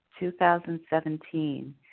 2017